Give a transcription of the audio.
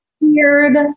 weird